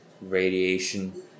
radiation